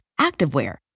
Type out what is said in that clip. activewear